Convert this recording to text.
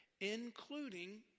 including